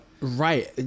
right